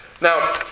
Now